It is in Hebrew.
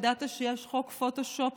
ידעת שיש חוק פוטושופ,